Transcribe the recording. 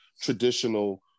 traditional